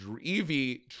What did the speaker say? Evie